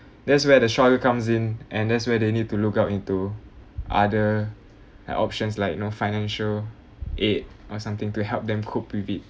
that's where the shock will comes in and that's where they need to look out into other options like you know financial aid or something to help them cope with it